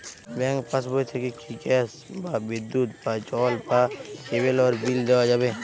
Bank পাশবই থেকে কি গ্যাস বা বিদ্যুৎ বা জল বা কেবেলর বিল দেওয়া যাবে?